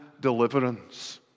deliverance